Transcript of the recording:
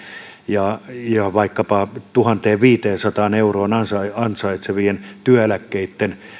ja ja vaikkapa tuhanteenviiteensataan euroon ansaitsevien työeläkkeitten